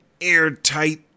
airtight